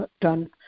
done